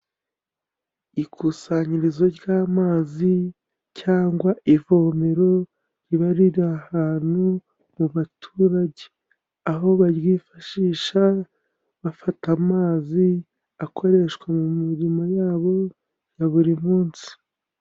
Ikusanyirizo ry'amazi cyangwa ivomero riba riri ahantu mu baturage. Aho baryifashisha bafata amazi, akoreshwa mu mirimo yabo ya buri munsi.